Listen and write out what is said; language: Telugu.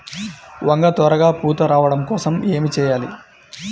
వంగ త్వరగా పూత రావడం కోసం ఏమి చెయ్యాలి?